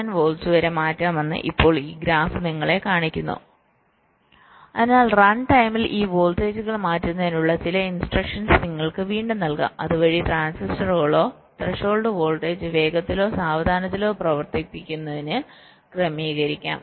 9 volt വരെ മാറ്റാമെന്ന് ഇപ്പോൾ ഈ ഗ്രാഫ് നിങ്ങളെ കാണിക്കുന്നു അതിനാൽ റൺ ടൈമിൽ ഈ വോൾട്ടേജുകൾ മാറ്റുന്നതിനുള്ള ചില ഇൻസ്ട്രക്ഷൻസ് നിങ്ങൾക്ക് വീണ്ടും നൽകാം അതുവഴി ട്രാൻസിസ്റ്ററുകളുടെ ത്രെഷോൾഡ് വോൾട്ടേജ് വേഗത്തിലോ സാവധാനത്തിലോ പ്രവർത്തിപ്പിക്കുന്നതിന് ക്രമീകരിക്കാം